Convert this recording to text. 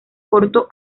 corto